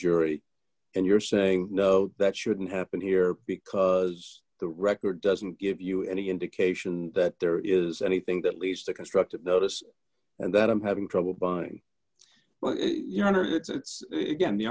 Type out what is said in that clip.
jury and you're saying no that shouldn't happen here because the record doesn't give you any indication that there is anything that leads to constructive notice and that i'm having trouble buying but you know it's again the